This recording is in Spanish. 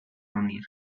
unir